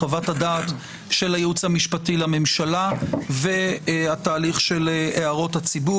-- של הייעוץ המשפטי לממשלה והתהליך של הערות הציבור